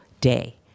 day